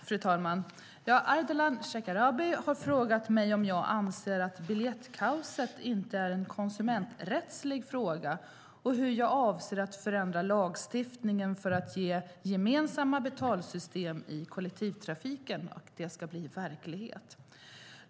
Fru talman! Ardalan Shekarabi har frågat mig om jag anser att biljettkaoset inte är en konsumenträttslig fråga och hur jag avser att förändra lagstiftningen för att gemensamma betalsystem i kollektivtrafiken ska bli verklighet.